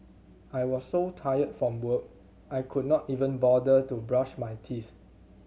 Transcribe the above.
I was so tired from work I could not even bother to brush my teeth